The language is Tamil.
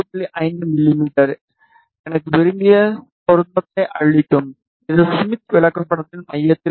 5 மிமீ எனக்கு விரும்பிய பொருத்தத்தை அளிக்கும் இது ஸ்மித் விளக்கப்படத்தின் மையத்தில் உள்ளது